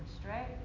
straight